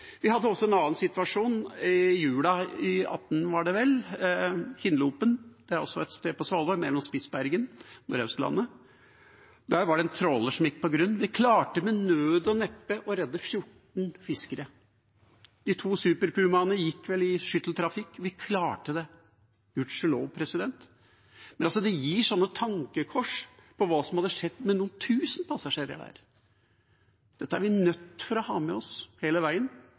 Vi hadde også en annen situasjon i jula i 2018, ved Hinlopen. Det er også et sted på Svalbard, mellom Spitsbergen og Nordaustlandet. Der var det en tråler som gikk på grunn. De klarte med nød og neppe å redde 14 fiskere. De to Super Pumaene gikk vel i skytteltrafikk. De klarte det, gudskjelov. Men det gir noen tankekors for hva som hadde skjedd med noen tusen passasjerer der. Dette er vi nødt til å ha med oss hele veien.